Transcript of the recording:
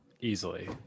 easily